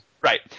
Right